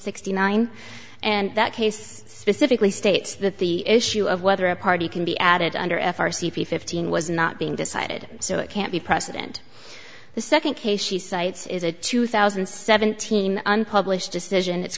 nine and that case specifically states that the issue of whether a party can be added under f r c p fifteen was not being decided so it can't be precedent the second case she cites is a two thousand and seventeen unpublished decision it's